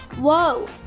Whoa